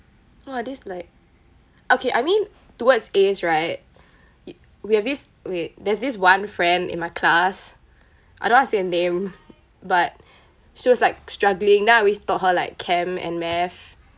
!wah! this like okay I mean towards A's right we have this okay there's this one friend in my class I don't want say her name but she was like struggling then I always taught her like chem and math